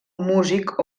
músic